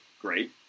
Great